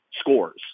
scores